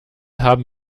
haben